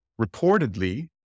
reportedly